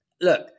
Look